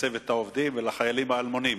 צוות העובדים והחיילים האלמונים.